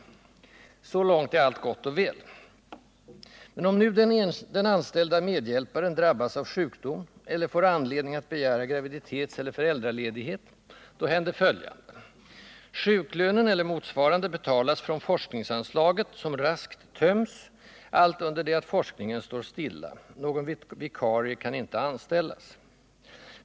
Så långt är allt gott och väl. Men om nu den anställda medhjälparen drabbas av sjukdom eller får anledning att begära graviditetseller föräldraledighet händer följande: Sjuklönen eller motsvarande betalas från forskningsanslaget, som raskt töms allt under det att forskningen står stilla. Någon vikarie kan inte anställas.